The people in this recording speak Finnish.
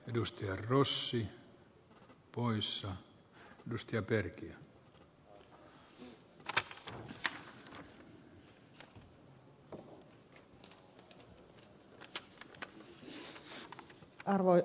sitä hallitus ei saa unohtaa